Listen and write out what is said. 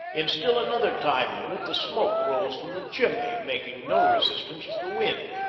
in still another time-unit the smoke rolls from the chimney, making no resistance to the wind.